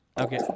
Okay